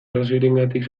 arrazoirengatik